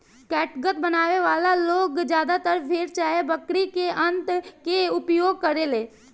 catgut बनावे वाला लोग ज्यादातर भेड़ चाहे बकरी के आंत के उपयोग करेले